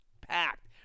packed